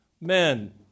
men